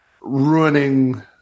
ruining